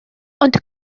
ond